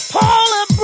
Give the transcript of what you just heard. Paula